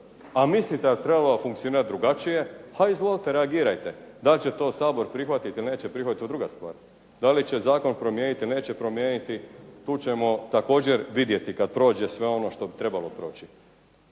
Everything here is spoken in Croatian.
a mislite da bi trebalo funkcionirati drugačije izvolite reagirajte. Da li će to Sabor prihvatiti ili neće prihvatiti to je druga stvar, da li će zakon promijeniti ili neće promijeniti tu ćemo također vidjeti kad prođe sve ono što bi trebalo proći.